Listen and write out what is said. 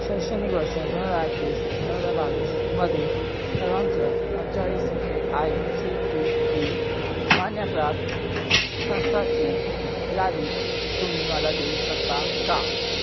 शैक्षणिक वर्ष दोन हजार एकवीस दोन हजार बावीसमधील सर्वांचं पंचेचाळीस A I M C T E मान्यप्राप्त संस्थाची यादी तुम्ही मला देऊ शकता का